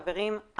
חברים,